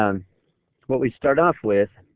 um what we start off with